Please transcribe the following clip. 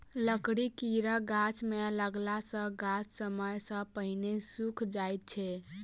लकड़ीक कीड़ा गाछ मे लगला सॅ गाछ समय सॅ पहिने सुइख जाइत छै